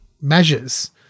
measures